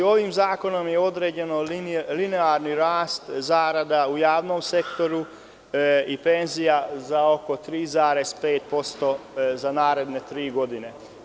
Ovim zakonom je određen linearni rast zarada u javnom sektoru i penzija za oko 3,5% za naredne tri godine.